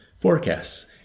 forecasts